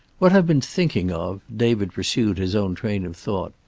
what i've been thinking of, david pursued his own train of thought,